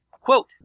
Quote